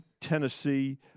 Tennessee